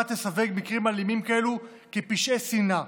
תסווג מקרים אלימים כאלו כפשעי שנאה